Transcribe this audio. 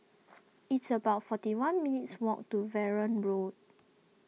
it's about forty one minutes' walk to Verdun Road